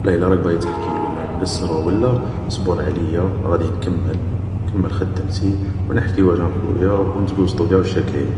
نقوله الا راك باغي تحكي ولا نقصرو ولا, صبر عليا غادي نكمل, نكمل خدمتي و نحكيو انا و خويا, و نتقوسطو قاع شا كاين